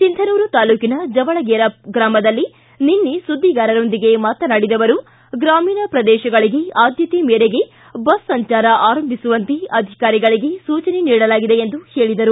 ಸಿಂಧನೂರು ತಾಲೂಕಿನ ಜವಳಗೇರಾ ಗ್ರಾಮದಲ್ಲಿ ನಿನ್ನೆ ಸುದ್ದಿಗಾರರೊಂದಿಗೆ ಮಾತನಾಡಿದ ಅವರು ಗ್ರಾಮೀಣ ಪ್ರದೇಶಗಳಿಗೆ ಆದ್ದತೆ ಮೇರೆಗೆ ಬಸ್ ಸಂಚಾರ ಆರಂಭಿಸುವಂತೆ ಅಧಿಕಾರಿಗಳಿಗೆ ಸೂಚನೆ ನೀಡಲಾಗಿದೆ ಎಂದು ಹೇಳಿದರು